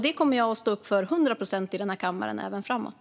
Det kommer jag att stå upp för till hundra procent i denna kammare även framåt.